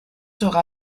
sera